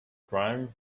grime